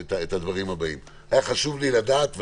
את הדברים הבאים: חשוב לי לדעת,